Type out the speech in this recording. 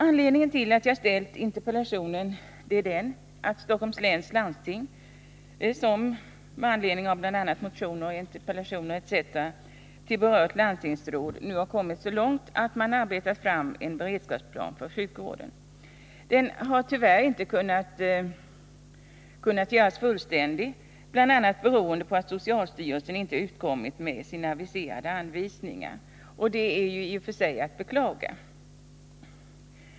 Anledningen till att jag har ställt interpellationen är den att Stockholms läns landsting med anledning av bl.a. motioner och interpellationer till berört landstingsråd nu har kommit så långt att man arbetat fram en beredskapsplan för sjukvården. Den har tyvärr inte kunnat göras fullständig, bl.a. beroende på att socialstyrelsen inte utkommit med sina aviserade anvisningar. Detta är ju i och för sig att beklaga.